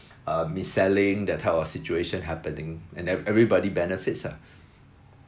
uh mis-selling that type of situation happening and eve~ everybody benefits lah